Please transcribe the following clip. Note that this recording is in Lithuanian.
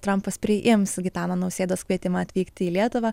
trampas priims gitano nausėdos kvietimą atvykti į lietuvą